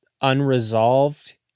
unresolved